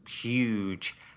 huge